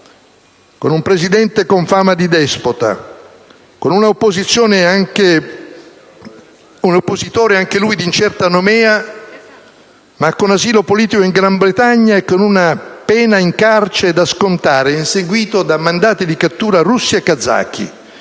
con un Presidente con fama di despota, con un oppositore anche lui di incerta nomea ma con asilo politico in Gran Bretagna e con una pena in carcere da scontare, inseguito da mandati di cattura russi e kazaki.